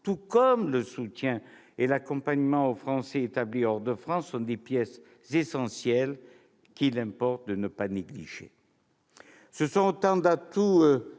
tout comme le soutien et l'accompagnement offerts aux Français établis hors de France, sont des pièces essentielles, qu'il importe de ne pas négliger.